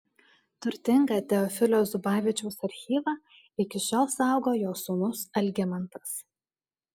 turtingą teofilio zubavičiaus archyvą iki šiol saugo jo sūnus algimantas